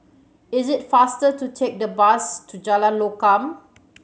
it is faster to take the bus to Jalan Lokam